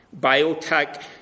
biotech